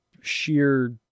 sheer